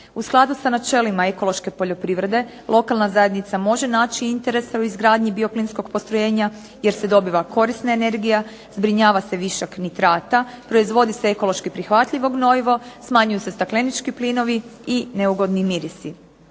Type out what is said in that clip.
U skladu sa načelima ekološke poljoprivrede lokalna zajednica može naći interese u izgradnji bioplinskog postrojenja jer se dobiva korisna energija, zbrinjava se višak nitrata, proizvodi se ekološki prihvatljivo gnojivo, smanjuju se staklenički plinovi i neugodni mirisi.